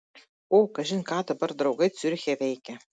o kažin ką dabar draugai ciuriche veikia